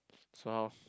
so how